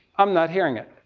i'm not hearing it,